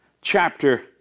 chapter